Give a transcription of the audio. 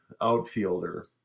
outfielder